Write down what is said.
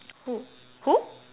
who who